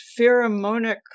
pheromonic